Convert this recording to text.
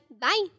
Bye